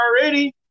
already